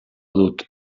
dut